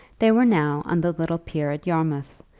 they were now on the little pier at yarmouth,